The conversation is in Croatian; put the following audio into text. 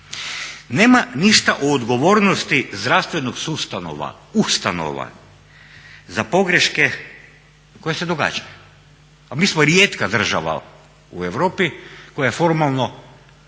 Nema ništa o odgovornosti zdravstvenih ustanova za pogreške koje se događaju, a mi smo rijetka država u Europi koja formalno